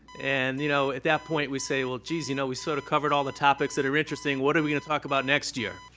and you know at that point, we say, well, geez, you know we sort of covered all the topics that are interesting. what are we going to talk about next year?